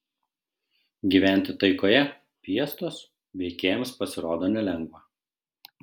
gyventi taikoje fiestos veikėjams pasirodo nelengva